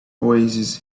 oasis